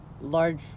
large